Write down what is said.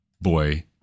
boy